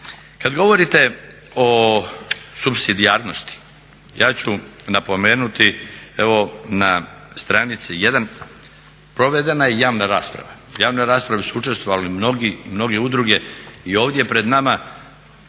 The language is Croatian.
Kada govorite o supsidijarnosti, ja ću napomenuti evo na stranici 1. provedena je javna rasprava, u javnoj raspravi su učestvovali mnoge udruge i ovdje pred nama